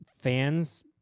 Fans